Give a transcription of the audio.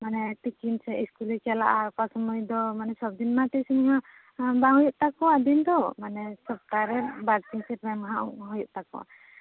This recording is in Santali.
ᱛᱤᱠᱤᱱ ᱥᱮᱫ ᱤᱥᱠᱩᱞᱮ ᱪᱟᱞᱟᱜᱼᱟ ᱚᱠᱟ ᱥᱚᱢᱚᱭ ᱫᱚ ᱢᱟᱱᱮ ᱥᱚᱵᱽ ᱫᱤᱱ ᱢᱟ ᱴᱤᱭᱩᱥᱚᱱᱤ ᱦᱚᱸ ᱵᱟᱝ ᱦᱩᱭᱩᱜ ᱛᱟᱠᱚᱣᱟ ᱫᱤᱱ ᱫᱚ ᱢᱟᱱᱮ ᱥᱚᱯᱛᱟᱦᱚ ᱨᱮ ᱵᱟᱨᱫᱤᱱ ᱥᱮ ᱯᱮ ᱢᱟᱦᱟ ᱦᱩᱭᱩᱜ ᱛᱟᱠᱚᱣᱟ